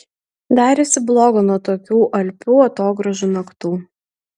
darėsi bloga nuo tokių alpių atogrąžų naktų